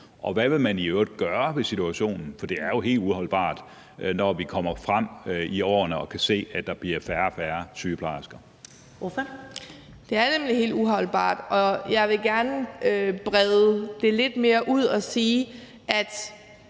Og hvad vil man i øvrigt gøre ved situationen? For det er jo helt uholdbart, når vi kommer frem i årene og kan se, at der bliver færre og færre sygeplejersker. Kl. 11:32 Første næstformand (Karen Ellemann): Ordføreren. Kl.